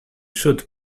should